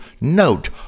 Note